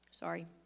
Sorry